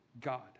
God